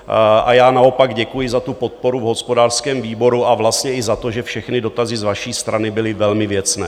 A naopak děkuji za podporu v hospodářském výboru a vlastně i za to, že všechny dotazy z vaší strany byly velmi věcné.